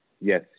Yes